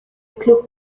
club